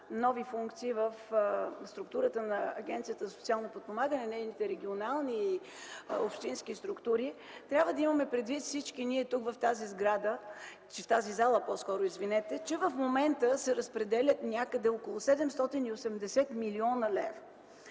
се разписват в структурата на Агенцията за социално подпомагане, нейните регионални общински структури, трябва да имаме предвид всички ние тук, в тази зала, че в момента се разпределят някъде около 780 млн. лв.